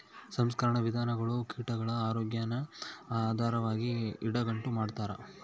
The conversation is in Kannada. ಸಂಸ್ಕರಣಾ ವಿಧಾನಗುಳು ಕೀಟಗುಳ ಆರೋಗ್ಯಾನ ಆಧಾರವಾಗಿ ಇಟಗಂಡು ಮಾಡ್ತಾರ